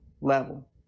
level